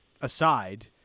aside